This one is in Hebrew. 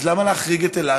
אז למה להחריג את אילת?